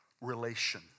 relation